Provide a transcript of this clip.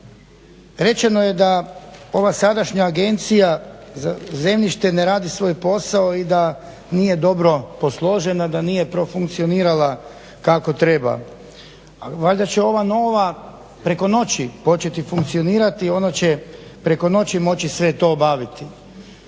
rečeno je da ova sadašnja agencija za zemljište ne radi svoj posao i da nije dobro posložena, da nije profunkcionirala kako treba. Valjda će ova nova preko noći početi funkcionirati. Ona će preko noći moći sve to obaviti.